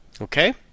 Okay